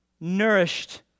nourished